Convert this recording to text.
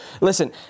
listen